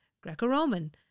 Greco-Roman